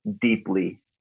deeply